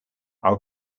are